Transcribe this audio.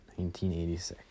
1986